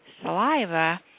saliva